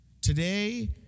Today